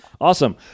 Awesome